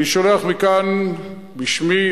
אני שולח מכאן בשמי,